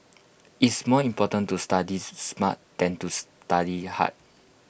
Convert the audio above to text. it's more important to study smart than to study hard